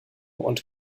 und